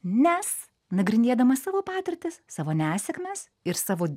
nes nagrinėdama savo patirtis savo nesėkmes ir savo